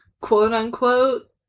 quote-unquote